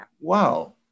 wow